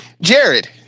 Jared